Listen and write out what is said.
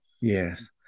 Yes